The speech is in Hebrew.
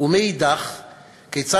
ומאידך גיסא,